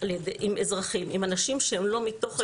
עם אזרחים, עם אנשים שהם לא מתוך הארגון.